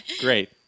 great